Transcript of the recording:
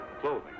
clothing